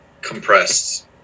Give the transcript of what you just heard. compressed